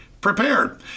prepared